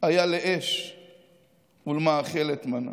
היה לאש ולמאכלת מנה.